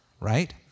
right